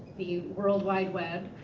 the world wide web,